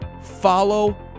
Follow